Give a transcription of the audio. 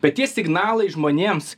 bet tie signalai žmonėms